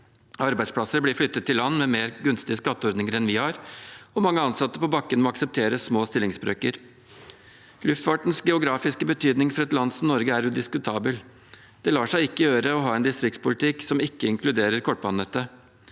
Arbeidsplasser blir flyttet til land med mer gunstige skatteordninger enn vi har, og mange ansatte på bakken må akseptere små stillingsbrøker. Luftfartens geografiske betydning for et land som Norge er udiskutabel. Det lar seg ikke gjøre å ha en distriktspolitikk som ikke inkluderer kortbanenettet.